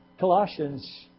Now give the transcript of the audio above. Colossians